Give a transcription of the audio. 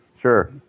Sure